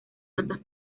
tantas